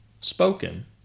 Spoken